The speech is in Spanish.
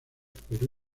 perú